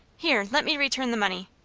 here, let me return the money.